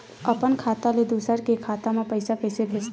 अपन खाता ले दुसर के खाता मा पईसा कइसे भेजथे?